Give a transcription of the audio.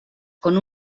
con